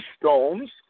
stones